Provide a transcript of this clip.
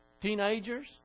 teenagers